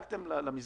אם דאגתם למסגרות,